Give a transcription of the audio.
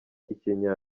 ikinya